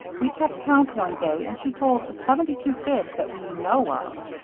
we kept count one day and she told seventy-two fibs that we know of.